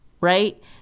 Right